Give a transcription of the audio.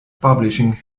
publishing